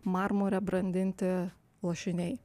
marmure brandinti lašiniai